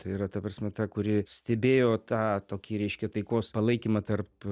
tai yra ta prasmė ta kuri stebėjo tą tokį reiškia taikos palaikymą tarp